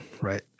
Right